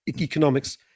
economics